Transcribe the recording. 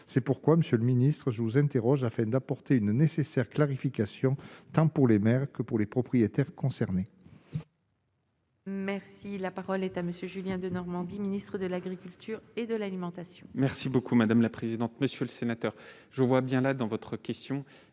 c'est pourquoi monsieur le ministre, je vous interroge afin d'apporter une nécessaire clarification tant pour les mères que pour les propriétaires concernés. Merci, la parole est à monsieur Julien Denormandie Ministre de l'Agriculture et de l'alimentation. Merci beaucoup, madame la présidente, monsieur le sénateur, je vois bien là dans votre question,